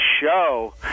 show